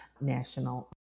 national